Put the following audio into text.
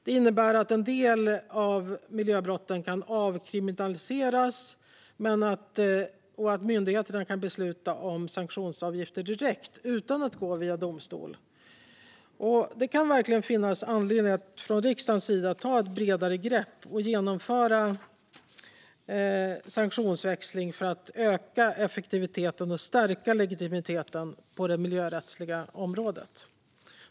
Det innebär att en del av miljöbrotten kan avkriminaliseras och att myndigheterna kan besluta om sanktionsavgifter direkt, utan att gå via domstol. Det kan verkligen finnas en anledning att från riksdagens sida ta ett bredare grepp och genomföra sanktionsväxling för att öka effektiviteten och stärka legitimiteten på det miljörättsliga området.